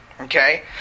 Okay